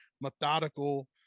methodical